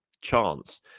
chance